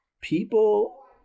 people